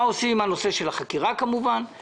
מה עושים עם נושא חקירת השריפה, אני